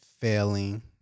failing